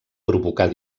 provocar